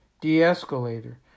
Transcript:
de-escalator